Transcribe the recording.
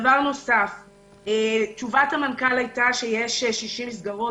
דבר נוסף, תשובת המנכ"ל הייתה שיש 60 מסגרות.